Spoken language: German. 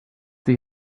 sich